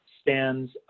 stands